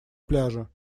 пляжа